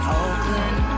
Oakland